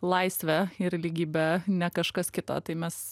laisvė ir lygybė ne kažkas kito tai mes